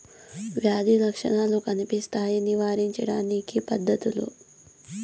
వ్యాధి లక్షణాలు కనిపిస్తాయి నివారించడానికి పద్ధతులు?